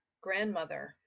grandmother